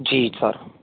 जी sir